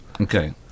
Okay